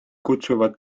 kutsuvad